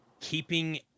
Keeping